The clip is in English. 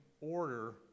order